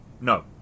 No